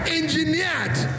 engineered